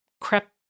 crept